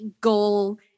goal